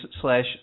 slash